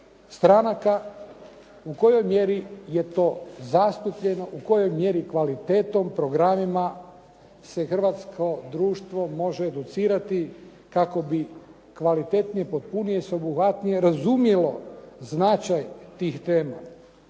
stranaka u kojoj mjeri je to zastupljeno, u kojoj mjeri kvalitetom, programima se hrvatsko društvo može educirati kako bi kvalitetnije, potpunije, sveobuhvatnije razumjelo značaj tih tema.